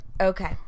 Okay